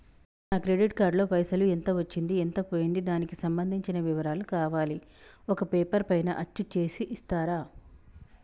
నా credit card లో పైసలు ఎంత వచ్చింది ఎంత పోయింది దానికి సంబంధించిన వివరాలు కావాలి ఒక పేపర్ పైన అచ్చు చేసి ఇస్తరా?